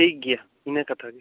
ᱴᱷᱤᱠ ᱜᱮᱭᱟ ᱤᱱᱟᱹ ᱠᱟᱛᱷᱟ ᱜᱮ